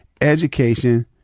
education